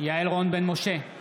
יעל רון בן משה,